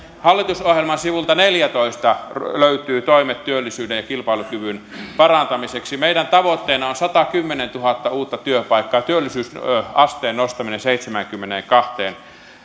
hallitusohjelman sivulta neljätoista löytyvät toimet työllisyyden ja kilpailukyvyn parantamiseksi meidän tavoitteenamme on satakymmentätuhatta uutta työpaikkaa ja työllisyysasteen nostaminen seitsemäänkymmeneenkahteen